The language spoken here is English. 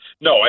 No